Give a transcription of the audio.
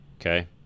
Okay